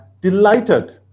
delighted